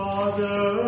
Father